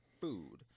food